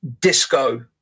disco